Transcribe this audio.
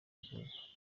izuba